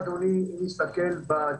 למה?